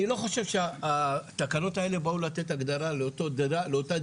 אני לא חושב שהתקנות האלה באו לתת הגדרה לאותה דירה